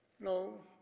No